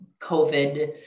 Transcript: COVID